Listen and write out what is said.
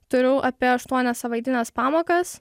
turiu apie aštuonias savaitines pamokas